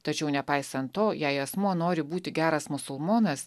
tačiau nepaisant to jei asmuo nori būti geras musulmonas